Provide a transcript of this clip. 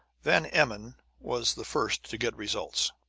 van emmon was the first to get results.